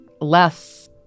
less